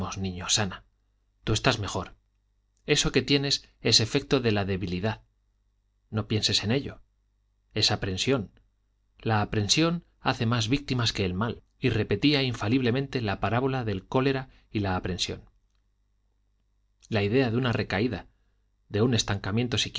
niños ana tú estás mejor eso que tienes es efecto de la debilidad no pienses en ello es aprensión la aprensión hace más víctimas que el mal y repetía infaliblemente la parábola del cólera y la aprensión la idea de una recaída de un estancamiento